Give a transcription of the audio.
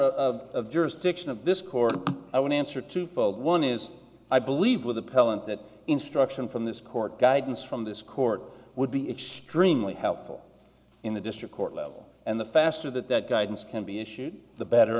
of this court i would answer two fold one is i believe with appellant that instruction from this court guidance from this court would be extremely helpful in the district court level and the faster that that guidance can be issued the better